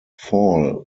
fall